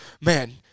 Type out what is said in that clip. man